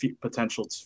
potential